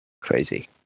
crazy